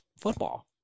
football